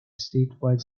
statewide